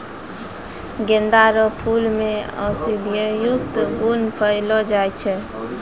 गेंदा रो फूल मे औषधियुक्त गुण पयलो जाय छै